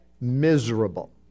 Miserable